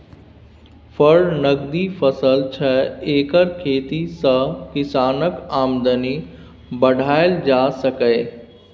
फर नकदी फसल छै एकर खेती सँ किसानक आमदनी बढ़ाएल जा सकैए